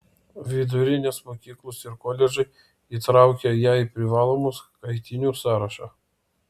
vidurinės mokyklos ir koledžai įtraukia ją į privalomų skaitinių sąrašą